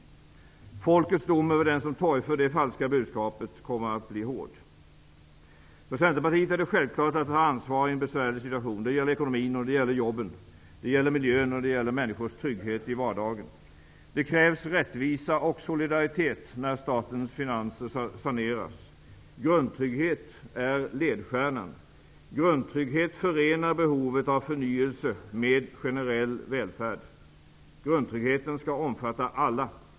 Folkets dom över den som torgför det falska budskapet kommer att bli hård. För Centerpartiet är det självklart att ta ansvar i en besvärlig situation. Det gäller ekonomin och jobben, det gäller miljön och människors trygghet i vardagen. Det krävs rättvisa och solidaritet när statens finanser saneras. Grundtrygghet är ledstjärnan -- grundtrygghet förenar behovet av förnyelse med generell välfärd. Grundtryggheten skall omfatta alla.